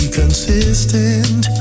consistent